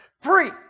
Free